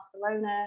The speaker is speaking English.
Barcelona